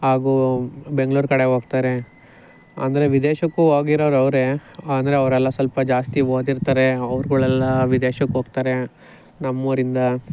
ಹಾಗೂ ಬೆಂಗಳೂರ್ ಕಡೆ ಹೋಗ್ತಾರೆ ಅಂದರೆ ವಿದೇಶಕ್ಕೂ ಹೋಗಿರೋರವ್ರೇ ಆದರೆ ಅವರೆಲ್ಲ ಸ್ವಲ್ಪ ಜಾಸ್ತಿ ಓದಿರ್ತರೆ ಅವ್ರುಗಳೆಲ್ಲ ವಿದೇಶಕ್ಕೋಗ್ತಾರೆ ನಮ್ಮೂರಿಂದ